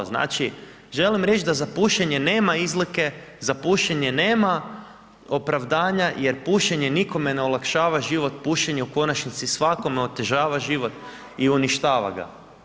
Znači želim reći da za pušenje nema izlike, za pušenje nema opravdanja jer pušenje nikome ne olakšava život, pušenje u konačnici svakome otežava život i uništava ga.